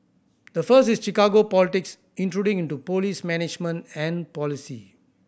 the first is Chicago politics intruding into police management and policy